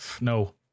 no